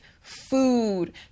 food